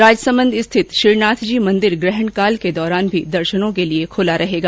राजसमंद स्थित श्रीनाथजी मंदिर ग्रहण काल के दौरान भी दर्शन के लिए खुला रहेगा